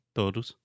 todos